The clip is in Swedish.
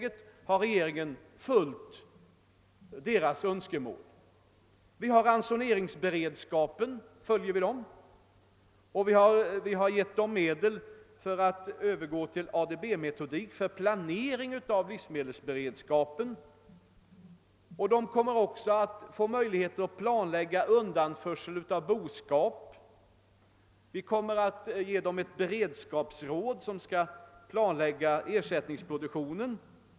Detta gäller t.ex. beträffande ransoneringsberedskapen. Vi har beviljat medel för en övergång till ADB-metodik för planering av livsmedelsberedskapen. Det kommer också att ges möjlighet till planläggning för undanförsel av boskap. Vi kommer att inrätta ett beredskapsråd som skall planlägga beredskapsproduktionen.